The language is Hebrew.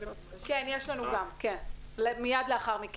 --- כן, יעל.